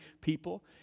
people